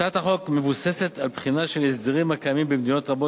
הצעת החוק מבוססת על בחינה של הסדרים הקיימים במדינות רבות,